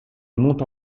mont